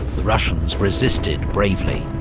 the russians resisted bravely.